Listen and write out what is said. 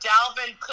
Dalvin